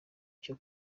cyo